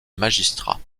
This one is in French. magistrat